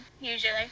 usually